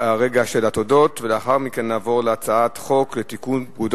אני קובע שהצעת חוק תשלומים לפדויי שבי (תיקון מס'